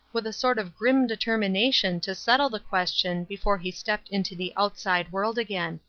with a sort of grim determination to settle the question before he stepped into the outside world again.